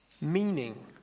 meaning